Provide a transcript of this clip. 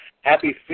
happy